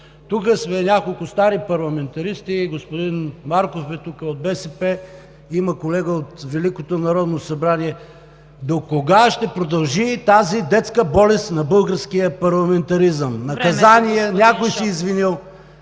Тук сме няколко стари парламентаристи, и господин Марков е тук, от БСП, има колега от Великото народно събрание. Докога ще продължи тази детска болест на българския парламентаризъм? ПРЕДСЕДАТЕЛ ЦВЕТА